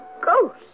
ghost